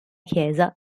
chiesa